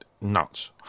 nuts